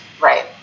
Right